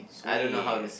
suay